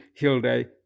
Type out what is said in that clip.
Hilde